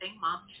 mom